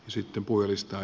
sitten puhujalistaan